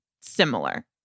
similar